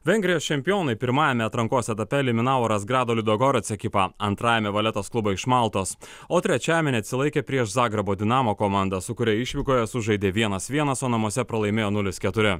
vengrijos čempionai pirmajame atrankos etape eliminavo razgrado ludogorets ekipą antrajame valetos klubą iš maltos o trečiajame neatsilaikė prieš zagrebo dinamo komandą su kuria išvykoje sužaidė vienas vienas o namuose pralaimėjo nulis keturi